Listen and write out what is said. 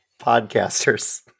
podcasters